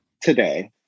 today